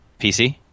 PC